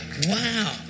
Wow